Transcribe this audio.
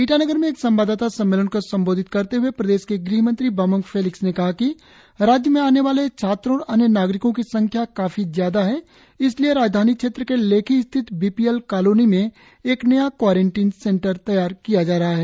ईटानगर में एक संवाददाता सम्मेलन को संबोधित करते हए प्रदेश के ग़हमंत्री बामंग फेलिक्स ने कहा कि राज्य में आने वाले छात्रों और अन्य नागरिकों की संख्या काफी ज्यादा है इसलिए राजधानी क्षेत्र के लेखि स्थित बी पी एल कॉलोनी में एक नया क्वारेनटिन सेंटर तैयार किया जा रहा है